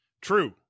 True